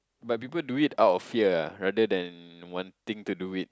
but people do it out of fear ah rather than wanting to do it